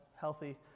healthy